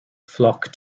flock